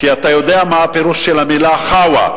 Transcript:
כי אתה יודע מה הפירוש של המלה "חאווה".